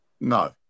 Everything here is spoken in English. No